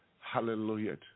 Hallelujah